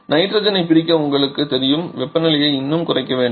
நைட்ரஜனைப் பிரிக்க உங்களுக்குத் தெரியும் வெப்பநிலையை இன்னும் குறைக்க வேண்டும்